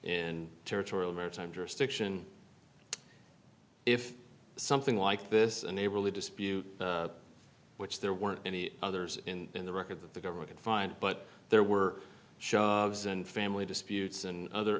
in territorial maritime jurisdiction if something like this neighborly dispute which there weren't any others in in the record that the government could find but there were shards and family